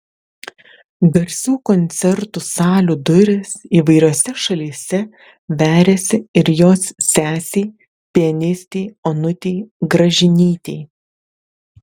garsių koncertų salių durys įvairiose šalyse veriasi ir jos sesei pianistei onutei gražinytei